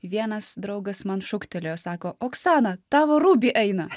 vienas draugas man šūktelėjo sako oksana tavo rubi eina